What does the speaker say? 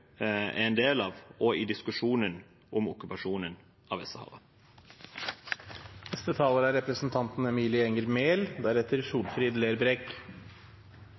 er en del av, og i diskusjonen om okkupasjonen av